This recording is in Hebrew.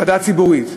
ועדה ציבורית,